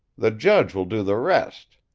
the judge will do the rest.